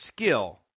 skill